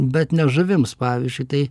bet ne žuvims pavyzdžiui tai